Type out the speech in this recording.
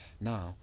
Now